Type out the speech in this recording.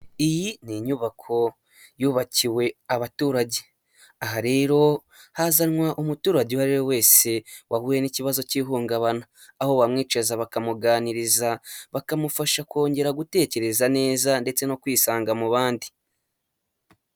Iyi ni inyubako yubakiwe abaturage, aha rero hazanwa umuturage uwo ariwe wese wahuye n'ikibazo cy'ihungabana, aho bamwicaza bakamuganiriza bakamufasha kongera gutekereza neza ndetse no kwisanga mu bandi.